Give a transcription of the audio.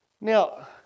Now